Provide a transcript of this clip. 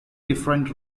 different